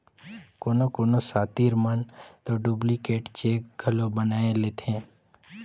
कोनो कोनो सातिर मन दो डुप्लीकेट चेक घलो बनाए लेथें